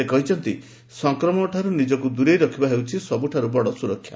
ସେ କହିଛନ୍ତି ସଂକ୍ରମଣଠାରୁ ନିଜକୁ ଦରେଇ ରଖିବା ହେଉଛି ସବୁଠାରୁ ବଡ଼ ସୁରକ୍ଷା